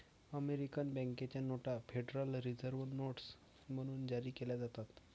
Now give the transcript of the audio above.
American बँकेच्या नोटा federal reserve notes म्हणून जारी केल्या जातात